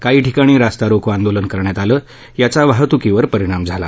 काही ठिकाणी रास्ता रोको आंदोलन करण्यात आलं याचा वाहतुकीवर परिणाम झाला